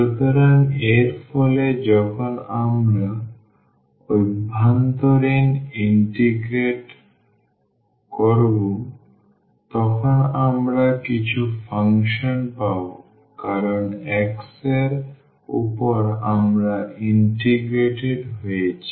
সুতরাং এর ফলে যখন আমরা অভ্যন্তরীণ ইন্টিগ্রেট করব তখন আমরা কিছু ফাংশন পাব কারণ x এর উপর আমরা ইন্টিগ্রেটেড হয়েছি